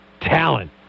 talent